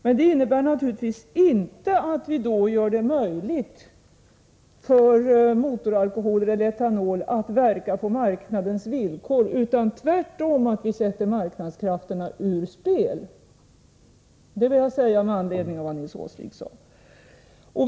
Men det innebär naturligtvis inte att vi då gör det möjligt för motoralkoholer eller etanol att verka på marknadens villkor utan tvärtom att vi sätter marknadskrafterna ur spel. Detta vill jag framhålla med anledning av vad Nils Åsling sade.